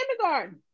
kindergarten